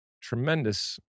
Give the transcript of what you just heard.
tremendous